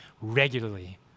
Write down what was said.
regularly